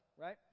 right